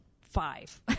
five